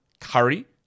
Curry